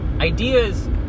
Ideas